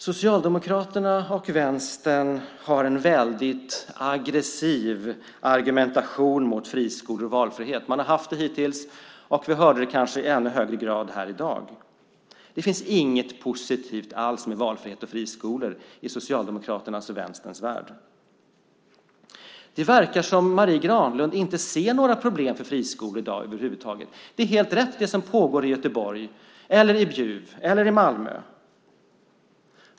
Socialdemokraterna och Vänstern har en väldigt aggressiv argumentation mot friskolor och valfrihet. Man har haft det hittills, och vi hörde det i kanske än högre grad här i dag. Det finns inget positivt alls med valfrihet och friskolor i Socialdemokraternas och Vänsterns värld. Det verkar som om Marie Granlund inte ser några problem för friskolor i dag över huvud taget. Det som pågår i Göteborg, Bjuv eller Malmö menar man är helt rätt.